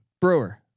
Brewer